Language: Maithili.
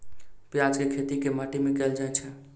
प्याज केँ खेती केँ माटि मे कैल जाएँ छैय?